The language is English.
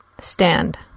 Stand